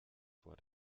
vor